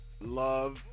love